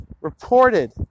reported